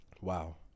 Wow